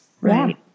Right